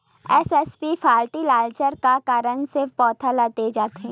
SSP fertiliser का कारण से पौधा ल दे जाथे?